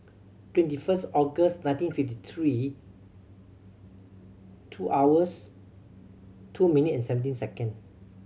twenty first August nineteen fifty three two hours two minute and seventeen second